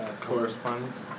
Correspondence